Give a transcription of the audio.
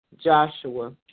Joshua